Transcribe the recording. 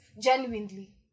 genuinely